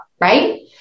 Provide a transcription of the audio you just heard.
right